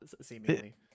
seemingly